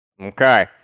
Okay